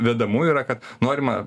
vedamųjų yra kad norima